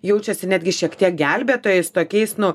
jaučiasi netgi šiek tiek gelbėtojais tokiais nu